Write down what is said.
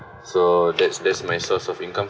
so that's that's my source of income